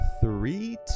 three